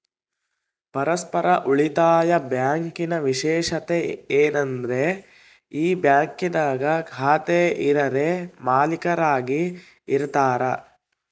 ಪರಸ್ಪರ ಉಳಿತಾಯ ಬ್ಯಾಂಕಿನ ವಿಶೇಷತೆ ಏನಂದ್ರ ಈ ಬ್ಯಾಂಕಿನಾಗ ಖಾತೆ ಇರರೇ ಮಾಲೀಕರಾಗಿ ಇರತಾರ